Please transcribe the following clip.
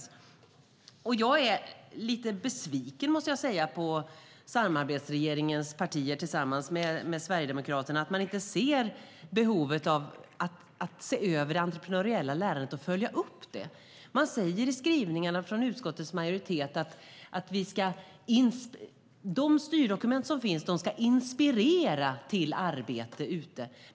Jag måste säga att jag är lite besviken på att samarbetsregeringens partier och Sverigedemokraterna inte ser behovet av att se över det entreprenöriella lärandet och följa upp det. Man säger i skrivningarna från utskottets majoritet att de styrdokument som finns ska inspirera till arbete ute.